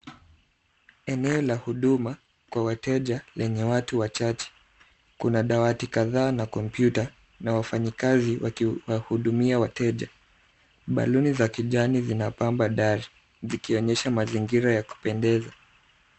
Eneo la huduma kwa wateja lenye watu wachache. Kuna dawati kadhaa na kompyuta na wafanyikazi wakiwahudumia wateja. Baluni za kijani zinapamba dari, zikionyesha mazingira ya kupendeza.